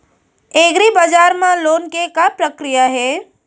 एग्रीबजार मा लोन के का प्रक्रिया हे?